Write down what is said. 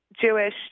Jewish